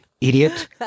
Idiot